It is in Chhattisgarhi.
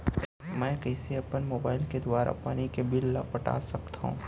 मैं कइसे अपन मोबाइल के दुवारा पानी के बिल ल पटा सकथव?